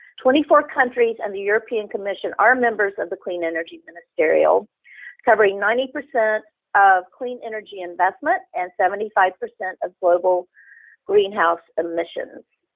twenty four countries and the european commission are members of the clean energy ministerial covering ninety percent of clean energy investment and seventy five percent of global greenhouse emissions.